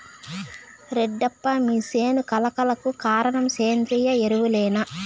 రెడ్డప్ప మీ సేను కళ కళకు కారణం సేంద్రీయ ఎరువులేనా